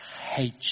hate